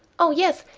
oh! yes,